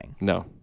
No